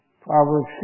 Proverbs